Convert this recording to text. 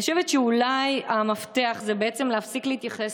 אני חושבת שאולי המפתח זה בעצם להפסיק להתייחס